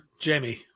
Jamie